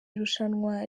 irushanwa